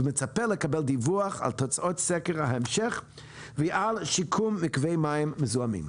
ומצפה לקבל דיווח על תוצאות סקר ההמשך ועל שיקום מקווי מים מזוהמים.